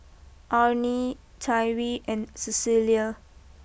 Amie Tyree and Cecilia